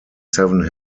seven